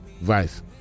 vice